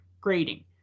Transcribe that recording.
grading